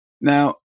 Now